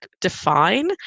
define